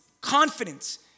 Confidence